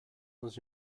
dans